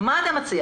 מה אתה מציע?